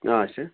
آچھا